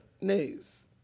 news